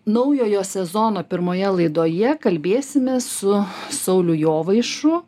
naujojo sezono pirmoje laidoje kalbėsimės su sauliu jovaišu